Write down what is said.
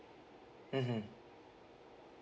mmhmm